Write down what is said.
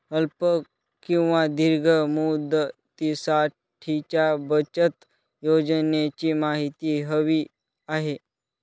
अल्प किंवा दीर्घ मुदतीसाठीच्या बचत योजनेची माहिती हवी आहे